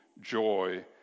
joy